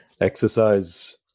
exercise